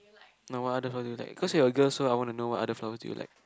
no what other flowers do you like cause you are girl so I wanna know what other flowers do you like